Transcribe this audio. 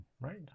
right